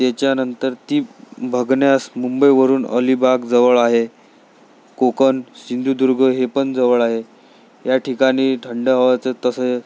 त्याच्यानंतर ती बघण्यास मुंबईवरून अलिबाग जवळ आहे कोकण सिंधुदुर्ग हे पण जवळ आहे या ठिकाणी थंड हवाच तसं